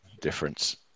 difference